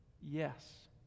Yes